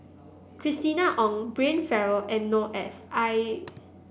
Christina Ong Brian Farrell and Noor S I